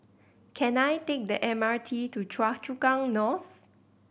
can I take the M R T to Choa Chu Kang North